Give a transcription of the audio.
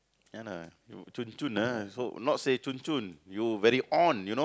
ya lah you chun chun ah also not say chun chun you very on you know